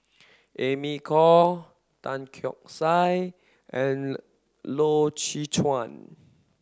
Amy Khor Tan Keong Saik and Loy Chye Chuan